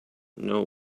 know